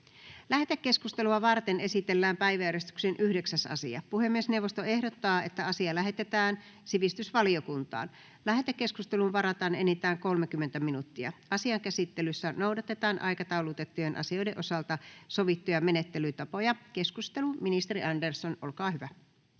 Lähetekeskustelua varten esitellään päiväjärjestyksen 10. asia. Puhemiesneuvosto ehdottaa, että asia lähetetään talousvaliokuntaan. Lähetekeskusteluun varataan enintään 30 minuuttia. Asian käsittelyssä noudatetaan aikataulutettujen asioiden osalta sovittuja menettelytapoja. — Ministeri Haatainen, olkaa hyvä.